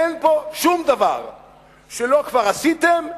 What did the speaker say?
אין פה שום דבר שלא עשיתם כבר,